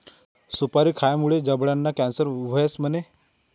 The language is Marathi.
सुपारी खावामुये जबडाना कॅन्सर व्हस म्हणे?